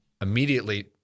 immediately